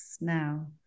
now